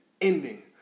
ending